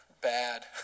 bad